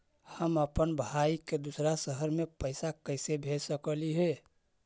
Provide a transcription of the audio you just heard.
हम अप्पन भाई के दूसर शहर में पैसा कैसे भेज सकली हे?